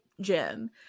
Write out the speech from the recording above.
gym